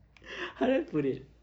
how do I put it